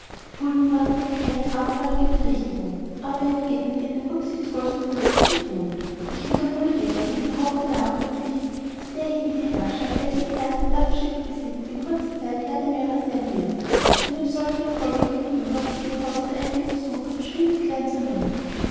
jetzt keine abermalige berichtigung aber er entgegnete in dem rücksichtsvollsten höflichsten tone ich wiederhole jedoch und behaupte nachdrücklich daß derjenige herrscher welcher die ersten dampfschiffe besitzt in kurzer zeit herr der meere sein wird einem solchen erfolge gegenüber sind die kosten einiger versuche verschwindend klein zu nennen